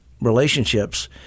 relationships